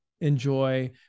enjoy